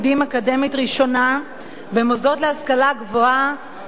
ראשונה במוסדות להשכלה גבוהה בבירת ישראל,